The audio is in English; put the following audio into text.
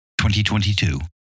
2022